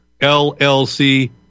LLC